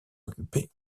occupé